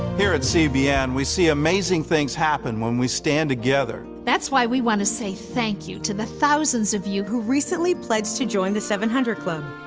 here at cbn, we see amazing things happen when we stand together. that's why we want to say thank you to the thousands of you. who recently pledged to join the seven hundred club.